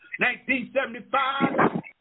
1975